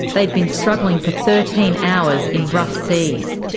they had been struggling for thirteen hours in rough seas.